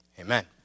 Amen